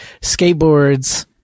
skateboards